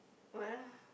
what ah